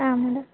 ಹಾಂ ಮೇಡಮ್